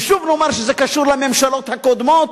ושוב נאמר שזה קשור לממשלות הקודמות?